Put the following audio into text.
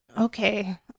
Okay